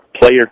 player